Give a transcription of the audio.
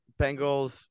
Bengals